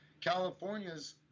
California's